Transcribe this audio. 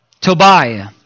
Tobiah